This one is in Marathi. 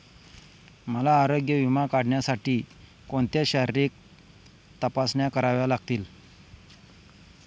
मला आरोग्य विमा काढण्यासाठी कोणत्या शारीरिक तपासण्या कराव्या लागतील?